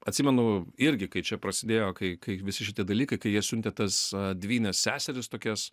atsimenu irgi kai čia prasidėjo kai kai visi šitie dalykai kai jie siuntė tas dvynes seseris tokias